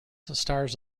stars